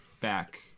back